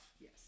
yes